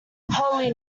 holy